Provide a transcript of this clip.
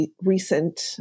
recent